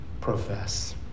profess